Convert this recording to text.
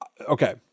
Okay